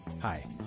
Hi